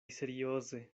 serioze